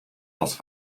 plas